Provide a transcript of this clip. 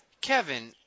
Kevin